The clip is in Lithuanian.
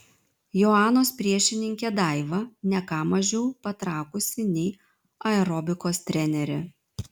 joanos priešininkė daiva ne ką mažiau patrakusi nei aerobikos trenerė